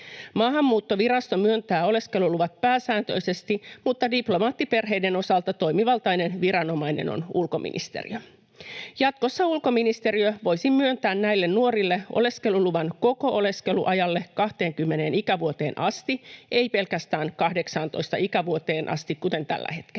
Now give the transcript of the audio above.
Maahanmuuttovirasto myöntää oleskeluluvat pääsääntöisesti, mutta diplomaattiperheiden osalta toimivaltainen viranomainen on ulkoministeriö. Jatkossa ulkoministeriö voisi myöntää näille nuorille oleskeluluvan koko oleskeluajalle 20 ikävuoteen asti, ei pelkästään 18 ikävuoteen asti, kuten tällä hetkellä.